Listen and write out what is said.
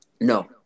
No